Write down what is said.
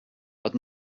but